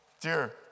dear